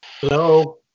Hello